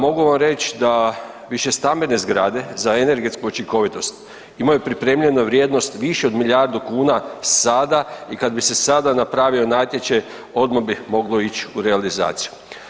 Mogu vam reć da višestambene zgrade za energetsku učinkovitost imaju pripremljenu vrijednost više od milijardu kuna sada i kad bi se sada napravio natječaj, odmah bih moglo ić u realizaciju.